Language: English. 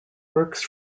works